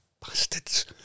bastards